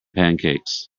pancakes